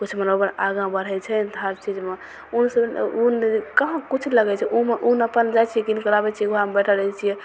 किछु मनोबल आगा बढ़य छै तऽ हर चीजमे ऊनसँ ऊन कहाँ किछु लगय छै ऊम ऊन अपन जाइ छियै कीन कऽ लाबय छियै उहाँमे बैठल रहय छियै